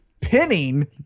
pinning